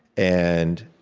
and